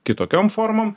kitokiom formom